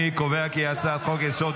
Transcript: --- אני קובע כי הצעת חוק-יסוד: